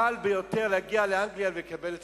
קל ביותר היה להגיע לאנגליה ולקבל אזרחות.